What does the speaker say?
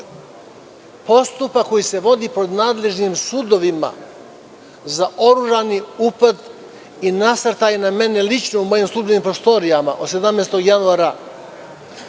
postupak koji se vodi pred nadležnim sudovima za organizovan upad i nasrtaj na mene lično, mojim službenim prostorijama od 17. januara